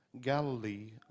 Galilee